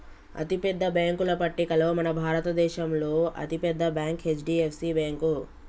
అతిపెద్ద బ్యేంకుల పట్టికలో మన భారతదేశంలో అతి పెద్ద బ్యాంక్ హెచ్.డి.ఎఫ్.సి బ్యేంకు